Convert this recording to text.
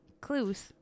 clues